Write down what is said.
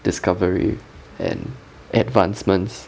discovery and advancements